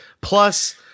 plus